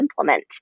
implement